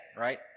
right